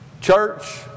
Church